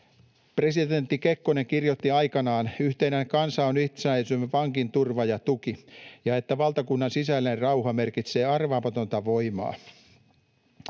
Presidentti Kekkonen kirjoitti aikanaan, että ”yhtenäinen kansa on itsenäisyytemme vankin turva ja tuki” ja että ”valtakunnan sisäinen rauha merkitsee arvaamatonta voimaa”.